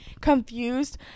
confused